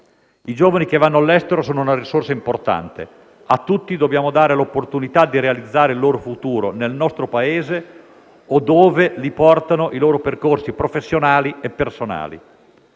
I giovani che vanno all'estero sono una risorsa importante. A tutti dobbiamo dare l'opportunità di realizzare il loro futuro nel nostro Paese o dove li portano i loro percorsi professionali e personali.